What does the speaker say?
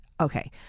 Okay